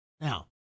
Now